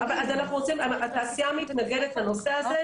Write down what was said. התעשייה מתנגדת לנושא הזה.